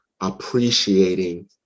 appreciating